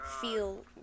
feel